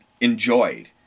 enjoyed